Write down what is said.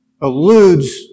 Alludes